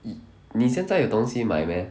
y~ 你现在有东西买 meh